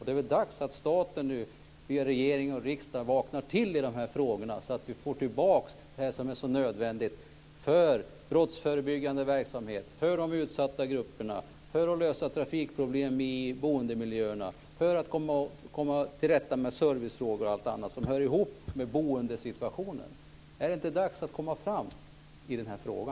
Det är dags att staten via regering och riksdag vaknar till i dessa frågor, så att vi får tillbaks det som är så nödvändigt för brottsförebyggande verksamhet, för de utsatta grupperna, för att man ska kunna lösa trafikproblem i boendemiljöerna och för att man ska kunna komma till rätta med servicefrågor och allt annat som hör ihop med boendesituationen. Är det inte dags att komma fram i denna fråga?